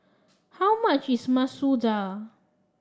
how much is Masoor Dal